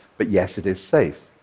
but yes, it is safe.